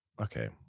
okay